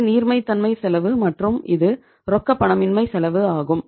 இது நீர்மைத்தன்மை செலவு மற்றும் இது ரொக்கப்பணமின்மை செலவு ஆகும்